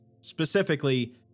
specifically